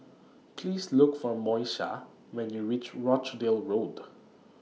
Please Look For Moesha when YOU REACH Rochdale Road